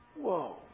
Whoa